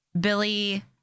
Billy